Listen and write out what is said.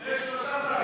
יש שלושה שרים.